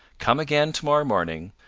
come again to-morrow morning.